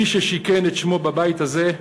מי ששיכן את שמו בבית הזה,